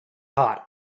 hot